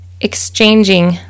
exchanging